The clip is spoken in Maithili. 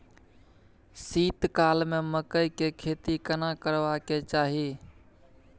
शीत काल में मकई के खेती केना करबा के चाही?